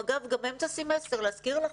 אגב, גם באמצע סמסטר, להזכיר לכם.